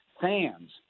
fans